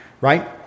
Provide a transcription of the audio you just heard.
Right